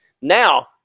now